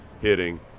hitting